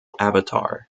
avatar